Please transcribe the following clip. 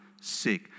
sick